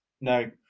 No